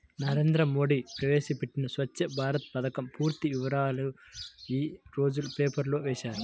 నరేంద్ర మోడీ ప్రవేశపెట్టిన స్వఛ్చ భారత్ పథకం పూర్తి వివరాలను యీ రోజు పేపర్లో వేశారు